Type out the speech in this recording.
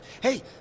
hey